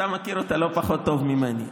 אתה מכיר אותה לא פחות טוב ממני.